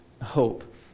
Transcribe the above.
hope